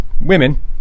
women